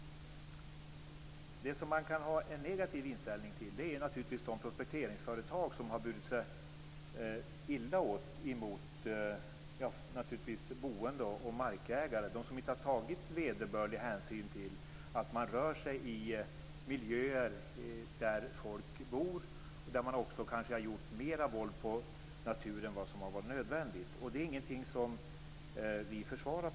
Det som man kan ha en negativ inställning till är naturligtvis de prospekteringsföretag som har burit sig illa åt mot boende och markägare, de som inte har tagit vederbörlig hänsyn till att de rör sig i miljöer där människor bor och där de kanske har gjort mer våld på naturen än vad som har varit nödvändigt. Och det är ingenting som vi på något sätt försvarar.